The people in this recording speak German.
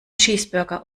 cheeseburger